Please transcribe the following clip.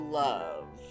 love